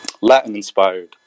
Latin-inspired